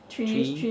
three